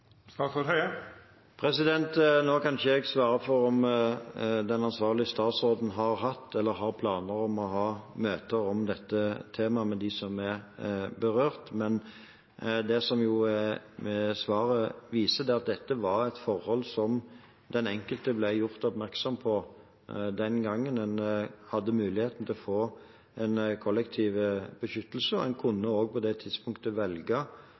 Nå kan ikke jeg svare for om den ansvarlige statsråden har hatt eller har planer om å ha møter om dette temaet med de berørte, men det svaret viser, er at dette var et forhold som den enkelte ble gjort oppmerksom på den gangen man hadde muligheten til å få kollektiv beskyttelse. Man kunne også på det tidspunktet velge